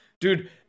Dude